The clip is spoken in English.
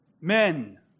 men